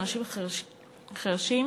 לאנשים חירשים.